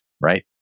right